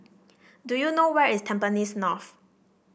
do you know where is Tampines North